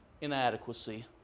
inadequacy